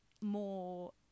more